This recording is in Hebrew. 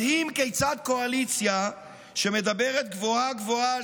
מדהים כיצד קואליציה שמדברת גבוהה-גבוהה על